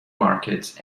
markets